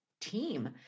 team